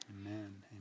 amen